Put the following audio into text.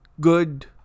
good